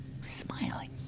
smiling